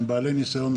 הם בעלי ניסיון,